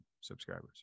subscribers